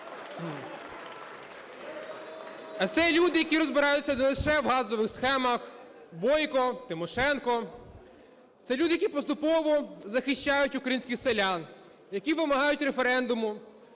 Це люди, які розбираються не лише в газових схемах, Бойко, Тимошенко. Це люди, які поступово захищають українських селян, які вимагають референдуму.